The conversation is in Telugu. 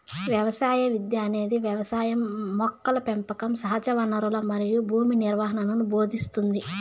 వ్యవసాయ విద్య అనేది వ్యవసాయం మొక్కల పెంపకం సహజవనరులు మరియు భూమి నిర్వహణను భోదింస్తుంది